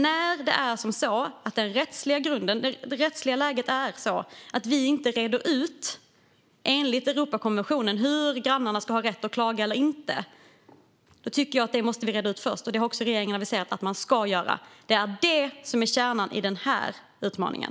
Det rättsliga läget är sådant att vi, enligt Europakonventionen, inte har rett ut hur grannarna ska ha rätt att klaga eller inte. Jag tycker därför att vi först måste reda ut det. Det har regeringen också aviserat att man ska göra. Det är kärnan i den här utmaningen.